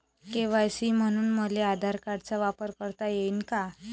KYC म्हनून मले आधार कार्डाचा वापर करता येईन का?